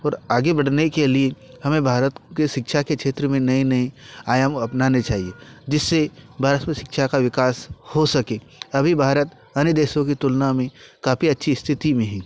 और आगे बढ़ने के लिए हमें भारत के शिक्षा के क्षेत्र में नए नए आयाम अपनाने चाहिए जिससे भारत में शिक्षा का विकास हो सके अभी भारत अन्य देशों की तुलना में काफ़ी अच्छी स्थिति में है